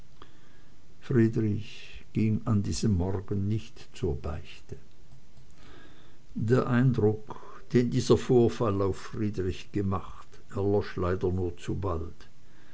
friedrich ging an diesem morgen nicht zur beichte der eindruck den dieser vorfall auf friedrich gemacht erlosch leider nur zu bald